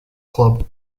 club